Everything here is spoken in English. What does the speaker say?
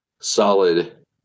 solid